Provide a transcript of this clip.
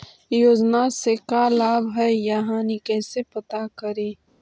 योजना से का लाभ है या हानि कैसे पता करी?